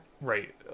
Right